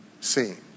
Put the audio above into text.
seen